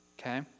Okay